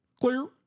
clear